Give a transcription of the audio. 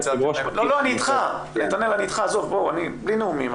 נתנאל עזוב, בלי נאומים.